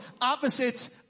opposites